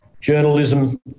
journalism